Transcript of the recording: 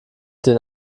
den